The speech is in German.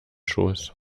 schoß